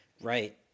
Right